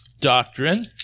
doctrine